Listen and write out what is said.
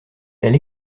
elle